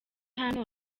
hano